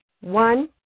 One